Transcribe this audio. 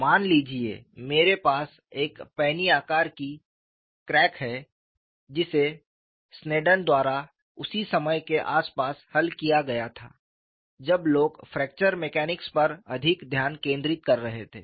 मान लीजिए मेरे पास एक पैनी आकार की क्रैक है जिसे स्नेडन द्वारा उसी समय के आसपास हल किया गया था जब लोग फ्रैक्चर मैकेनिक्स पर अधिक ध्यान केंद्रित कर रहे थे